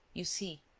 you see,